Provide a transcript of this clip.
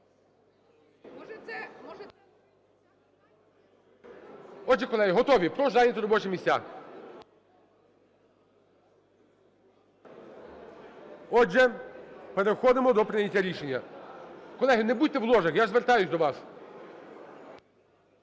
Отже, колеги, готові? Прошу зайняти робочі місця. Отже, переходимо до прийняття рішення. Колеги, не будьте в ложах, я ж звертаюсь до вас.